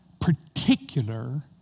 particular